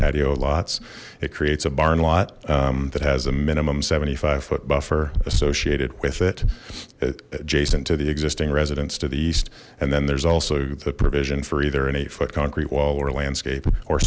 patio lots it creates a barn lot that has a minimum seventy five foot buffer associated with it jason to the existing residence to the east and then there's also vision for either an eight foot concrete wall or landscape or